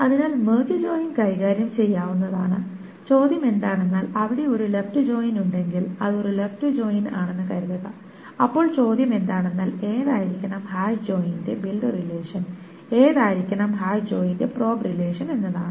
അതിനാൽ merge join കൈകാര്യം ചെയ്യാനാവുന്നതാണ് ചോദ്യം എന്താണെന്നാൽ അവിടെ ഒരു ലെഫ്റ് ജോയിൻ ഉണ്ടെങ്കിൽ അത് ഒരു ലെഫ്റ്റ് ജോയിൻ ആണെന്ന് കരുതുക അപ്പോൾ ചോദ്യം എന്താണെന്നാൽ ഏതായിരിക്കണം ഹാഷ് ജോയിനിന്റെ ബിൽഡ് റിലേഷൻ ഏതായിരിക്കണം ഹാഷ് ജോയിനിന്റെ പ്രോബ് റിലേഷൻ എന്നതാണ്